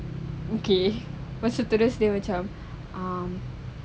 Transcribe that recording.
okay lepas tu terusnya macam um